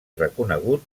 reconegut